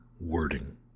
wording